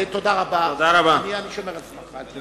אני שומר על זמנך.